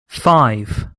five